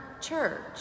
church